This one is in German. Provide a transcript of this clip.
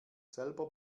selber